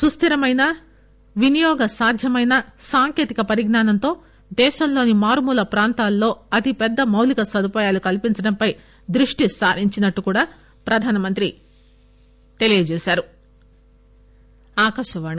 సుస్దిరమైన వినియోగ సాధ్యమైన సాంకేతిక పరిజ్ఞానంతో దేశంలోని మారుమూల ప్రాంతాల్లో అతిపెద్ద మౌలిక సదుపాయాలు కల్పించడంపై దృష్టిసారించిందని కూడా ప్రధానమంత్రి తెలియజేశారు